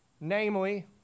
Namely